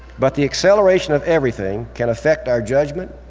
but the acceleration of everything can affect our judgment,